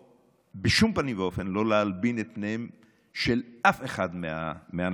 בשום פנים ואופן לא להלבין את פניהם של אף אחד מהאנשים